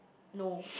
no